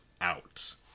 out